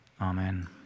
Amen